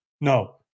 No